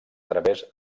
través